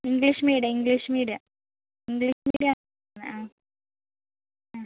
English medium English medium ആണ് English medium ആണ് ആ ആ